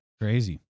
Crazy